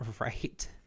Right